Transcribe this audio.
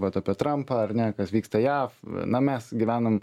vat apie trampą ar ne kas vyksta jav na mes gyvenam